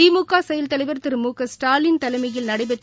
திமுக செயல் தலைவர் திரு மு க ஸ்டாலின் தலைமையில் நடைபெற்ற